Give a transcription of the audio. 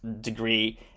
degree